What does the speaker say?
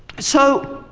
so,